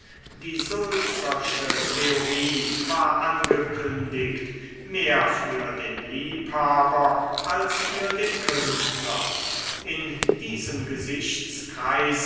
die sulzersche theorie war angekündigt mehr für den liebhaber als für den künstler in diesem